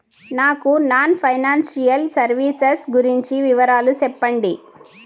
నాకు non financial services గురించి వివరాలు సెప్పండి?